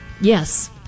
Yes